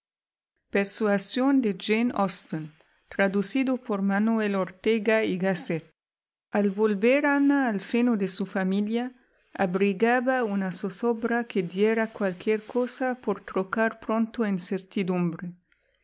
habría de transcurrir de modo tan agradable capitulo xvi al volver ana al seno de su familia abrigaba una zozobra que diera cualquier cosa por trocar pronto en